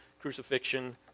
crucifixion